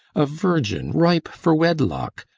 a virgin ripe for wedlock,